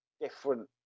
Different